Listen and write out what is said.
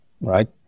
right